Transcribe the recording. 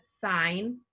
sign